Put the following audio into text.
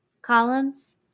columns